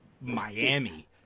Miami